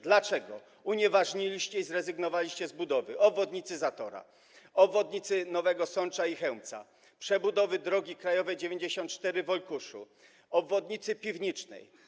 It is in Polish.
Dlaczego unieważniliście, zrezygnowaliście z budowy obwodnicy Zatora, obwodnicy Nowego Sącza i Chełmca, przebudowy drogi krajowej nr 94 w Olkuszu, obwodnicy Piwnicznej?